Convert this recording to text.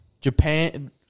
Japan